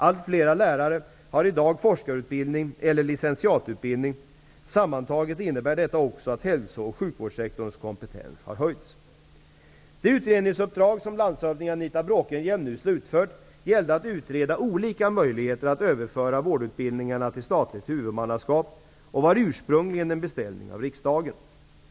Allt flera lärare har i dag forskarutbildning eller licentiatutbildning. Sammantaget innebär detta också att hälso och sjukvårdssektorns kompetens höjts. Bråkenhielm nu slutfört gällde att utreda olika möjligheter att överföra vårdutbildningarna till statligt huvudmannaskap och var ursprungligen en beställning av riksdagen.